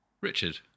Richard